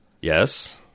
Yes